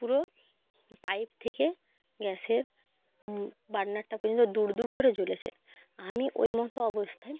পুরো পাইপ থেকে গ্যাসের বার্নারটা পর্যন্ত দূর দূর করে জ্বলেছে আমি ওইমতো অবস্থায়